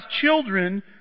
children